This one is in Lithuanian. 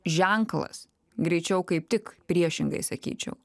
ženklas greičiau kaip tik priešingai sakyčiau